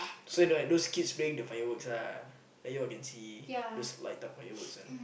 so like those kids playing the fireworks ah like you all can see just light up fireworks [one]